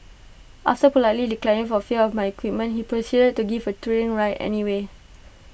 after politely declining for fear of my equipment he proceeded to give A thrilling ride anyway